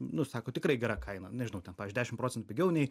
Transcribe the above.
nu sako tikrai gera kaina nežinau ten pavyzdžiui dešimt procentų pigiau nei